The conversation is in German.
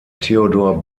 theodor